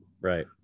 right